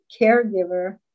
caregiver